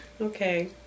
Okay